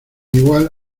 igual